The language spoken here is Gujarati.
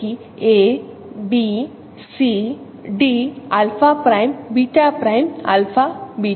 તેથી a b c d alpha prime beta prime alpha beta